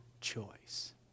choice